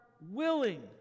willing